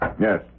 Yes